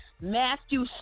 Matthew